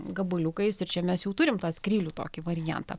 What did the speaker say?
gabaliukais ir čia mes jau turime tą skrylių tokį variantą